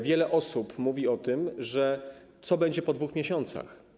Wiele osób mówi o tym, pyta, co będzie po 2 miesiącach.